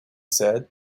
said